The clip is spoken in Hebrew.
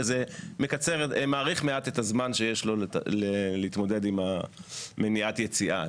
זה מאריך מעט את הזמן שיש לו להתמודד עם מניעת היציאה.